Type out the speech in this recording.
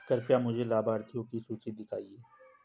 कृपया मुझे लाभार्थियों की सूची दिखाइए